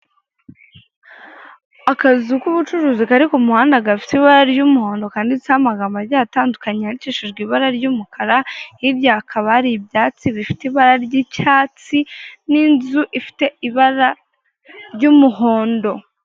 Akazu k'ubucuruzi kari ku muhanda gafite ibara ry'umuhondo kanditseho amagambo agiye atandukanye yandikishijwe ibara ry'umukara hirya hakaba hari ibyatsi bifite ibara ry'icyatsi n'inzu ifite ibara ry'umuhondo.